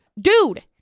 dude